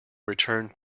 returned